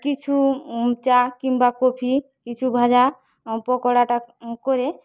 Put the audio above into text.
কিছু চা কিংবা কফি কিছু ভাজা পকোড়াটা করে